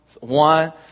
one